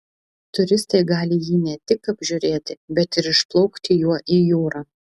turistai gali jį ne tik apžiūrėti bet ir išplaukti juo į jūrą